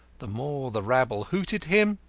the more the rabble hooted him,